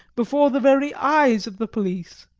before the very eyes of the police.